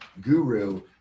guru